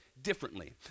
differently